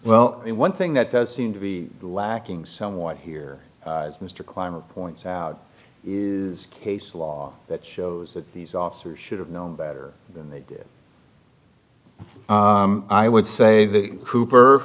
well one thing that does seem to be lacking somewhat here mr kleiman points out is case law that shows that these officers should have known better than they did i would say the cooper